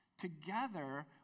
Together